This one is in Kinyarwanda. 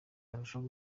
irarushaho